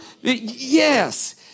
yes